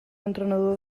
entrenador